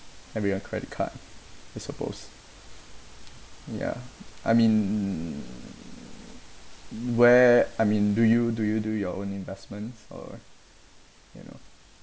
having a credit card I suppose ya I mean where I mean do you do you do your own investments or you know